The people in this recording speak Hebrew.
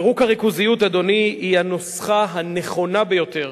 פירוק הריכוזיות, אדוני, הוא הנוסחה הנכונה ביותר,